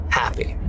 happy